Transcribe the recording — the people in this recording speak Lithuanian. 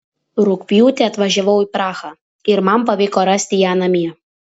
rugpjūtį atvažiavau į prahą ir man pavyko rasti ją namie